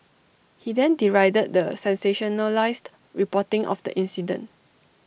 he then derided the sensationalised reporting of the incident